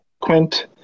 Quint